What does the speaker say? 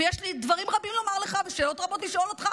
ויש לי דברים רבים לומר לך ושאלות רבות לשאול אותך.